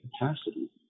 capacity